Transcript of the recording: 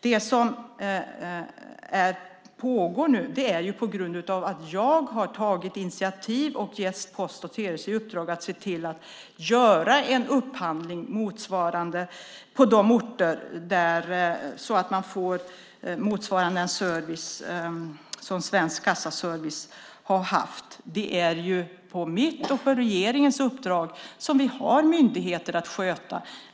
Det som pågår nu sker på grund av att jag har tagit initiativ och gett Post och telestyrelsen i uppdrag att se till att göra en upphandling på de här orterna så att man får en service som motsvarar den som Svensk kassaservice har erbjudit. Det är ju på mitt och på regeringens uppdrag som myndigheter har att sköta dessa uppgifter.